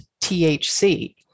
THC